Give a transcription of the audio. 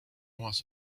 was